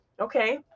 Okay